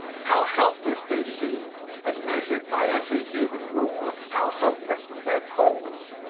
how helpless they seemed, and, measured by every human rule, how hopeless was their cause!